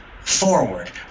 forward